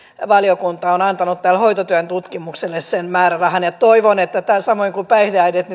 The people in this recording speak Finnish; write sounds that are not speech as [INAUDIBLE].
valiokunta on antanut tälle hoitotyön tutkimukselle sen määrärahan ja toivon että tämäkin asia samoin kuin päihdeäidit [UNINTELLIGIBLE]